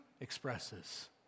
expresses